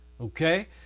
Okay